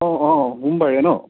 অঁ অঁ সোমবাৰে ন